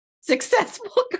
successful